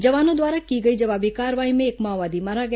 जवानों द्वारा की गई जवाबी कार्रवाई में एक माओवादी मारा गया